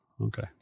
Okay